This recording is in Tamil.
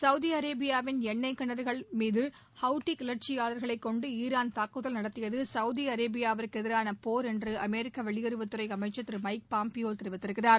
சவுதி அரேபியாவின் எண்ணெய் கிணறுகள் மீது ஹவுத்தி கிளர்ச்சியாளர்களைக் கொண்டு ஈரான் தாக்குதல் நடத்தியது சகவுதி அரேபியாவுக்கு எதிரான போர் என்று அமெரிக்க வெளியுறவுத்துறை அமைச்சர் திரு மைக் பாம்பியோ கூறியிருக்கிறார்